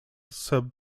sub